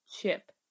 chip